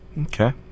Okay